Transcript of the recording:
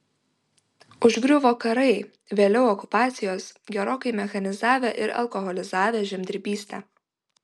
užgriuvo karai vėliau okupacijos gerokai mechanizavę ir alkoholizavę žemdirbystę